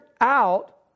out